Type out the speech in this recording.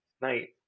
Night